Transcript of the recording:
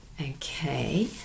okay